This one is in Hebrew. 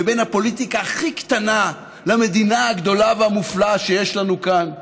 ובין הפוליטיקה הכי קטנה למדינה הגדולה והמופלאה שיש לנו כאן,